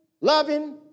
loving